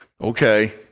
Okay